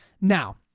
Now